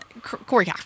Corey